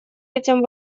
этим